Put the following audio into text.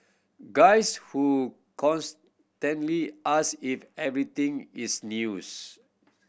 guys who constantly ask if everything is news